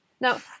Now